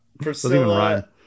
Priscilla